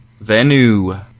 Venue